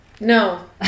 No